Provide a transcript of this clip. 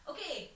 Okay